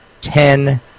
ten